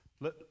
Let